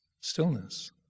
stillness